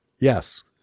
Yes